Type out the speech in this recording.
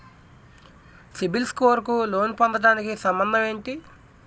CIBIL score కు loan పొందటానికి సంబంధం ఏంటి?